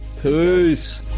Peace